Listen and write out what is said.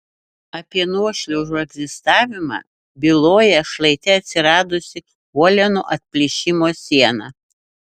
apie nuošliaužų egzistavimą byloja šlaite atsiradusi uolienų atplyšimo siena